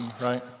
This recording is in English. right